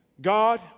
God